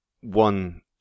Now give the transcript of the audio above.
one